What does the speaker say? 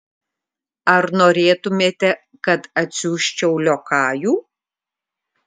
ar norėtumėte kad atsiųsčiau liokajų